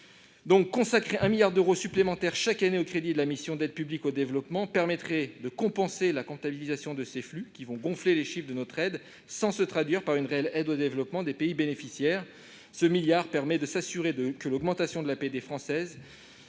consacrer 1 milliard d'euros supplémentaires chaque année aux crédits de la mission « Aide publique au développement » permettrait de compenser la comptabilisation de ces flux, qui vont gonfler les chiffres de notre aide sans se traduire par une réelle contribution au développement des pays bénéficiaires. Ce milliard d'euros permet de s'assurer que l'augmentation de l'APD française